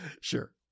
Sure